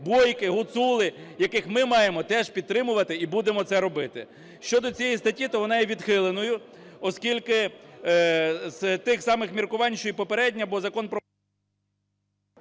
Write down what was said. бойки, гуцули, яких ми маємо теж підтримувати і будемо це робити. Щодо цієї статті, то вона є відхиленою, оскільки з тих самих міркувань, що і попередня, бо закон про...